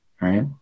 right